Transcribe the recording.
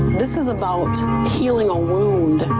this is about healing a wound,